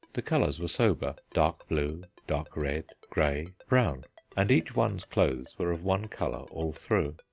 the colours were sober dark blue, dark red, grey, brown and each one's clothes were of one colour all through.